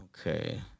Okay